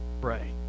pray